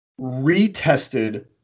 retested